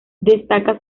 destaca